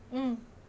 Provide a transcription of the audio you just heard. um